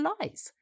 lies